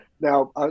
now